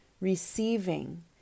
receiving